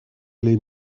les